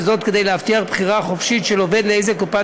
וזאת כדי להבטיח בחירה חופשית של עובד לאיזו קופת